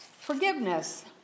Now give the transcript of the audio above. forgiveness